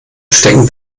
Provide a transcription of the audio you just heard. stecken